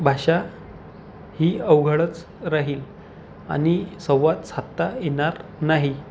भाषा ही अवघडच राहील आणि संवाद साधता येणार नाही